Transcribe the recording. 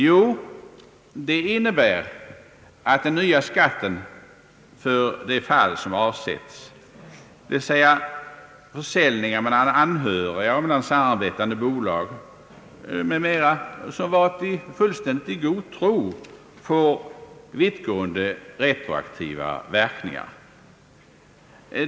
Jo, det innebär att den nya skatten för de fall som avses, dvs. försäljningar mellan anhöriga och mellan samarbetande bolag m.m., då parterna varit fullständigt i god tro, får vittgående retroaktiva verkningar.